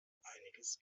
einiges